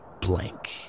blank